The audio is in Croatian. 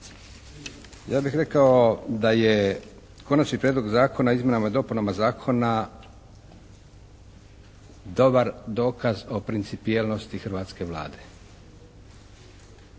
Ja bih rekao da je konačni prijedlog zakona o izmjenama i dopunama zakona dobar dokaz o principijelnosti hrvatske Vlade.